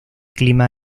clima